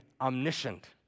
omniscient